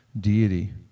deity